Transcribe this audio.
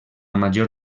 major